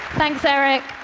thanks, erik.